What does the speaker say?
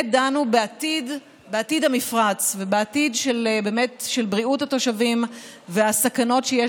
דנו בעתיד המפרץ ובעתיד של בריאות התושבים והסכנות שיש